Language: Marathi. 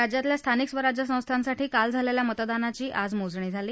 राज्यातल्या स्थानिक स्वराज्य संस्थेसाठी काल झालेल्या मतदानाची आज मोजणी झाली